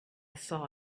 saw